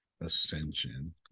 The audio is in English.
ascension